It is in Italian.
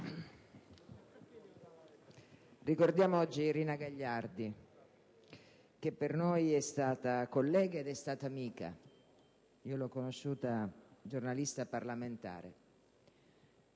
ricordiamo oggi Rina Gagliardi che per noi è stata collega ed amica. Io l'ho conosciuta giornalista parlamentare.